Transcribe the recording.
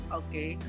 okay